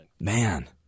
Man